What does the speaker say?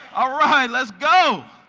alright, let's go.